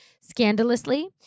scandalously